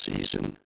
season